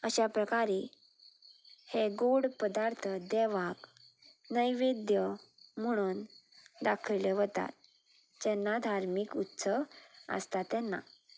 अशा प्रकारे हे गोड पदार्थ देवाक नैवेद्य म्हणून दाखयले वतात जेन्ना धार्मीक उत्सव आसता तेन्ना